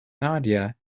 nadia